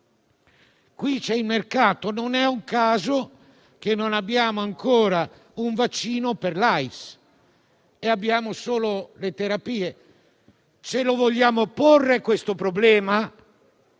qui c'è il mercato. Non è un caso che non abbiamo ancora un vaccino per l'AIDS e abbiamo solo le terapie. Ce lo vogliamo porre questo problema?